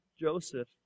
Joseph